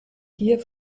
gier